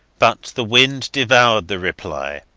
but the wind devoured the reply,